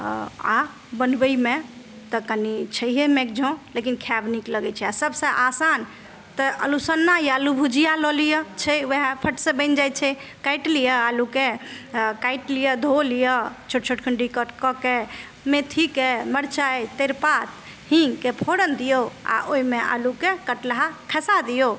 आओर बनबयमे तऽ कनि छैये मेकझौँ लेकिन खायब नीक लगय छै आओर सबसँ आसान तऽ अल्लु सन्ना या अल्लु भुजिया लअ लियऽ छै वएह फटसँ बनि जाइ छै काटि लियऽ आलूके काटि लियऽ धो लियऽ छोट छोट खण्डी कट कऽके मेथीके मरचाइ तरिपात हीङ्गके फोरन दियौ आओर ओइमे आलूके कटलाहा खसा दियौ